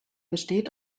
besteht